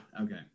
Okay